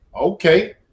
Okay